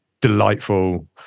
delightful